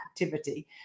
activity